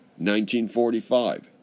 1945